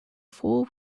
four